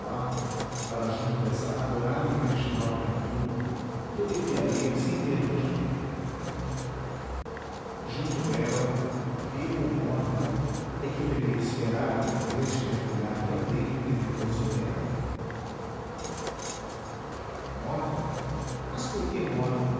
para junto dessa adorada e virginal criatura que eu devia ir sem perda de tempo junto dela viva ou morta é que eu devia esperar a minha vez de mergulhar também no tenebroso pélago morta mas por que morta